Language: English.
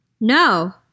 No